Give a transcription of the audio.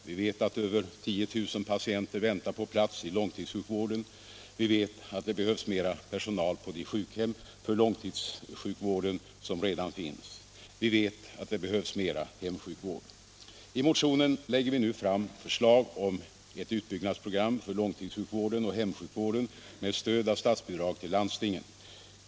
Vi vet att över 10 000 patienter väntar på plats i långtidssjukvården. Vi vet att det behövs mer personal på de sjukhem för långtidssjukvården som redan finns. Vi vet att det behövs mer hemsjukvård. I vår motion lägger vi nu fram förslag om ett utbyggnadsprogram för långtidssjukvården och hemsjukvården med stöd av statsbidrag till landstingen.